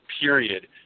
period